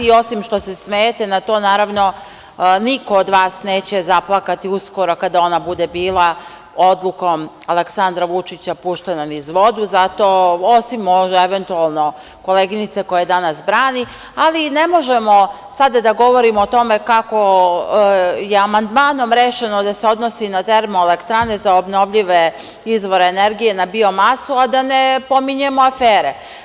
I osim što se smejete na to, naravno, niko od vas neće zaplakati uskoro kada ona bude bila odlukom Aleksandra Vučića puštena niz vodu, osim, eventualno, koleginice koje je danas brani, ali ne možemo sada da govorimo o tome kako je amandmanom rešeno da se odnosi na termoelektrane za obnovljive izvore energije na bio masu, a da ne pominjemo afere.